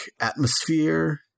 atmosphere